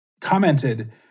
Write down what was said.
commented